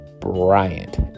Bryant